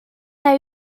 that